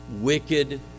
wicked